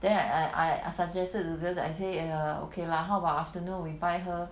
then I I I suggested to the girls I say err okay lah how about afternoon we buy her